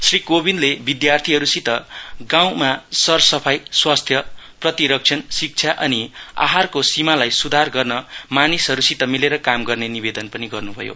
श्री कोविन्दले विद्यार्थीहरूसित गाउँमा सरसफाई स्वस्थ्य प्रतिरक्षण शिक्षा अनि आहारको सिमालाई सुधार गर्न मानिसहरूसित मिलेर काम गर्ने निवेदन गर्न भयो